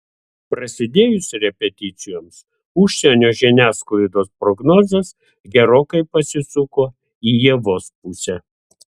prasidėjus repeticijoms užsienio žiniasklaidos prognozės gerokai pasisuko į ievos pusę